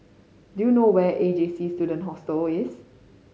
do you know where A J C Student Hostel